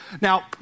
Now